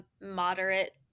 moderate